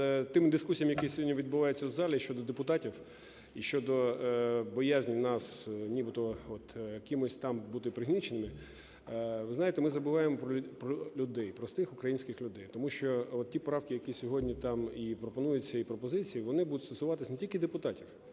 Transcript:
тими дискусіями, які сьогодні відбуваються в залі щодо депутатів і щодо боязні нас нібито от кимось там бути пригніченими, ви знаєте, ми забуваємо про людей, простих українських людей, тому що ті правки, які сьогодні там і пропонуються, і пропозиції, вони будуть стосуватися не тільки депутатів